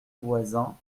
voisin